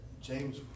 James